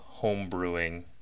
homebrewing